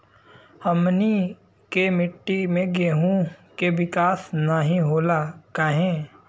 हमनी के मिट्टी में गेहूँ के विकास नहीं होला काहे?